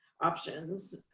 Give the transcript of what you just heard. options